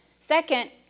Second